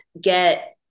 get